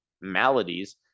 maladies